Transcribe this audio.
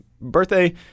birthday